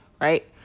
right